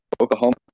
Oklahoma